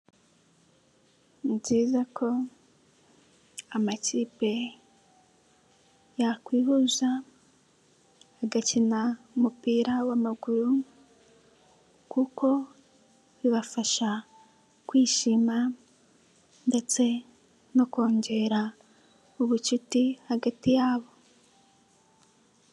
Ni byiza ko amakipe yakwihuza agakina umupira w'amaguru kuko bibafasha kwishima ndetse no kongera ubucuti hagati yabo.